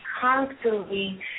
constantly